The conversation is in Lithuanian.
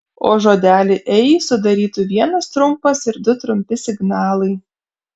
o žodelį ei sudarytų vienas trumpas ir du trumpi signalai